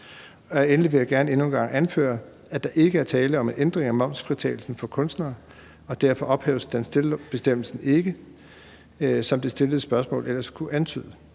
jeg gerne endnu en gang anføre, at der ikke er tale om en ændring af momsfritagelsen for kunstnere, og derfor ophæves stand still-bestemmelsen ikke, hvilket det stillede spørgsmål ellers kunne antyde.